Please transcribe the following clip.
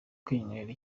kwinywera